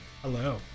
Hello